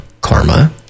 karma